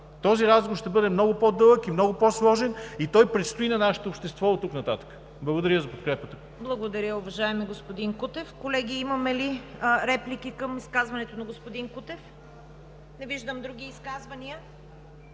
Този разговор ще бъде много по-дълъг и много по-сложен и той предстои на нашето общество оттук нататък. Благодаря за подкрепата. ПРЕДСЕДАТЕЛ ЦВЕТА КАРАЯНЧЕВА: Благодаря, уважаеми господин Кутев. Колеги, има ли реплики към изказването на господин Кутев? Не виждам. Други изказвания?